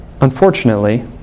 Unfortunately